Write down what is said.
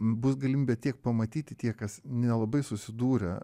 bus galimybė tiek pamatyti tie kas nelabai susidūrę